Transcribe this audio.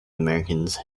americans